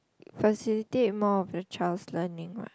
facilitate more of the child's learning what